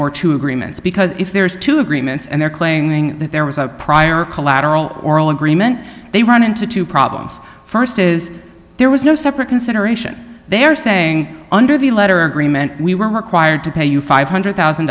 or two agreements because if there is two agreements and they're claiming that there was a prior collateral oral agreement they run into two problems st is there was no separate consideration they are saying under the letter agreement we were required to pay you five hundred thousand